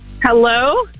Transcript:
Hello